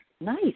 Nice